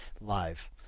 live